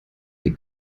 der